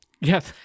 Yes